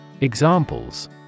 Examples